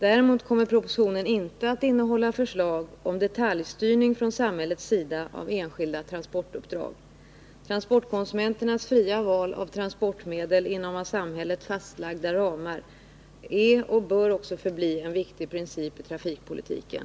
Däremot kommer propositionen inte att innehålla förslag om detaljstyrning från samhällets sida av enskilda transportuppdrag. Transportkonsumenternas fria val av transport 23 medel inom av samhället fastlagda ramar är och bör också förbli en viktig princip för trafikpolitiken.